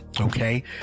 Okay